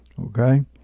okay